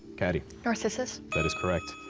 catty. narcissus. that is correct.